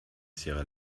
sierra